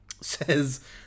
says